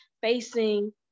facing